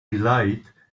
delight